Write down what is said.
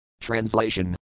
Translation